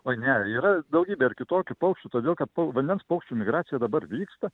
oi ne yra daugybė ir kitokių paukščių todėl kad vandens paukščių migracija dabar vyksta